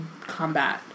combat